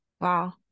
Wow